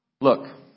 Look